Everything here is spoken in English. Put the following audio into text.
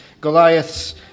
Goliath's